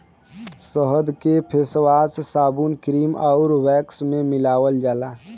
शहद के फेसवाश, साबुन, क्रीम आउर वैक्स में मिलावल जाला